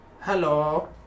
Hello